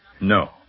No